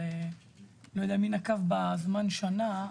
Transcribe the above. אבל אני לא יודע מי נקב בזמן שנה.